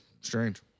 strange